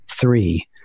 three